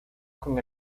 con